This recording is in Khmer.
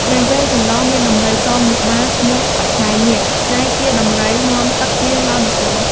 ព្រះវេស្សន្តរមានដំរីសមួយក្បាលឈ្មោះ បច្ច័យនាគ ដែលជាដំរីនាំទឹកភ្លៀងដល់នគរ។